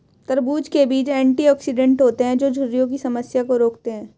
तरबूज़ के बीज एंटीऑक्सीडेंट होते है जो झुर्रियों की समस्या को रोकते है